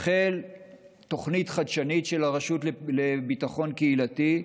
תחל תוכנית חדשנית של הרשות לביטחון קהילתי,